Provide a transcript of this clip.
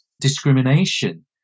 discrimination